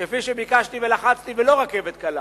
כפי שביקשתי ולחצתי, ולא רכבת קלה,